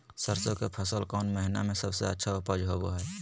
सरसों के फसल कौन महीना में सबसे अच्छा उपज होबो हय?